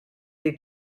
the